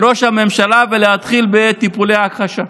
מהתקציב בראש הממשלה ולהתחיל בטיפולי הכחשה.